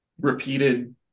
repeated